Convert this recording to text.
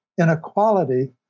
inequality